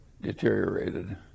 deteriorated